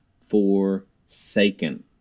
forsaken